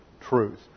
truth